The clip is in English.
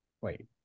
Wait